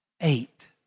eight